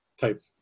type